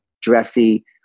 dressy